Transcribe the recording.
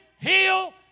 heal